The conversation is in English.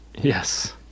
Yes